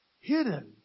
Hidden